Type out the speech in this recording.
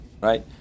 right